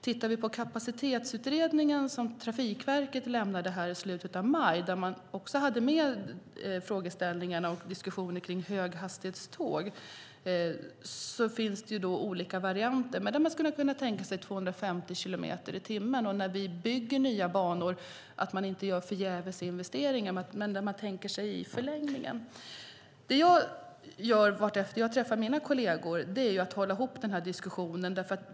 Tittar vi på den kapacitetsutredning som Trafikverket lämnade i slutet av maj, där man också hade med frågeställningarna och diskussioner kring höghastighetståg, ser man att det finns olika varianter. Man skulle kunna tänka sig 250 kilometer i timmen. När vi bygger nya banor bör man inte göra förgävesinvesteringar utan tänka sig hur det blir i förlängningen. Det jag gör vartefter jag träffar mina kolleger är att hålla ihop diskussionen.